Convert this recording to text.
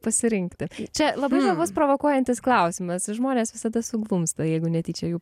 pasirinkti čia labai įdomus provokuojantis klausimas žmonės visada suglumsta jeigu netyčia jų